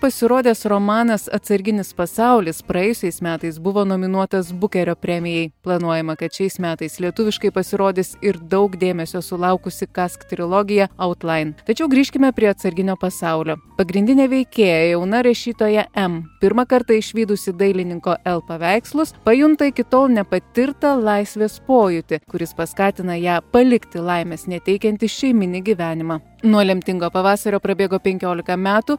pasirodęs romanas atsarginis pasaulis praėjusiais metais buvo nominuotas bukerio premijai planuojama kad šiais metais lietuviškai pasirodys ir daug dėmesio sulaukusi kask trilogija outline tačiau grįžkime prie atsarginio pasaulio pagrindinė veikėja jauna rašytoja em pirmą kartą išvydusi dailininko el paveikslus pajunta iki tol nepatirtą laisvės pojūtį kuris paskatina ją palikti laimės neteikiantį šeiminį gyvenimą nuo lemtingo pavasario prabėgo penkiolika metų